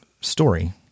story